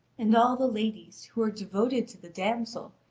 and all the ladies, who are devoted to the damsel,